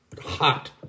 hot